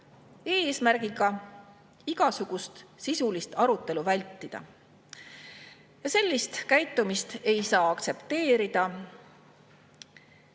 eesmärgiga igasugust sisulist arutelu vältida. Sellist käitumist ei saa aktsepteerida.